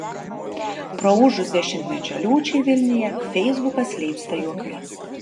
praūžus dešimtmečio liūčiai vilniuje feisbukas leipsta juokais